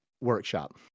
Workshop